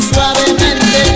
Suavemente